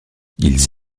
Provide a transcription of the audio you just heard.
ils